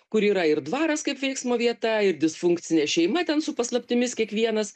kur yra ir dvaras kaip veiksmo vieta ir disfunkcinė šeima ten su paslaptimis kiekvienas